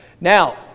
now